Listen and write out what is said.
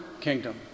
kingdom